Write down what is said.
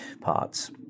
parts